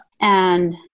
And-